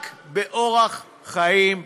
רק באורח חיים דתי.